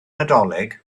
nadolig